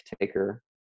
taker